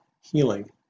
healing